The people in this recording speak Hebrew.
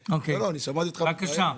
טוב, בבקשה.